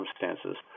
circumstances